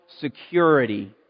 security